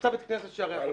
נמצא בית כנסת שיארח אותנו,